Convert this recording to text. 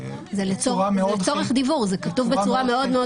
זה לצורך דיוור, זה כתוב בצורה מאוד-מאוד